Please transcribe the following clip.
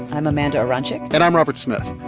i'm amanda aronczyk and i'm robert smith.